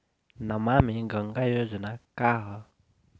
नमामि गंगा योजना का ह?